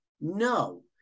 No